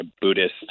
Buddhist